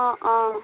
অঁ অঁ